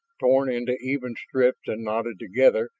torn into even strips and knotted together,